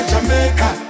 Jamaica